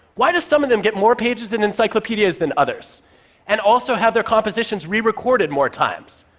why do some of them get more pages in encyclopedias than others and also have their compositions rerecorded more times?